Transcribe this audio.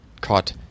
caught